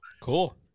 Cool